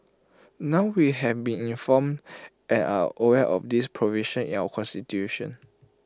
now we have been informed and are aware of this provision in our Constitution